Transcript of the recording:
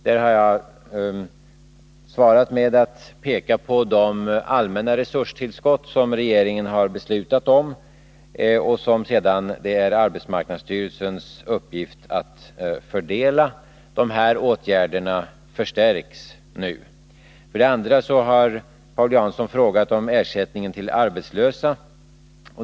Jag har svarat med att peka på de allmänna resurstillskott som regeringen har beslutat om och som det sedan är arbetsmarknadsstyrelsens uppgift att fördela. Dessa åtgärder förstärks nu. För det andra har Paul Jansson frågat om ersättningen till arbetslösa.